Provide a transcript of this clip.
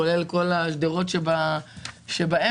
כולל כל השדרות שבאמצע.